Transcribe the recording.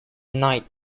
knight